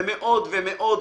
ומאוד, ומאוד,